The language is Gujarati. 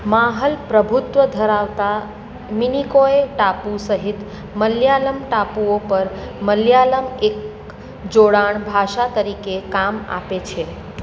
માહલ પ્રભુત્વ ધરાવતા મિનિકોય ટાપુ સહિત મલયાલમ ટાપુઓ પર મલયાલમ એક જોડાણ ભાષા તરીકે કામ આપે છે